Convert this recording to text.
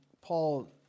Paul